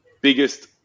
biggest